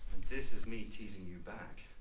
and this is me teasing you back.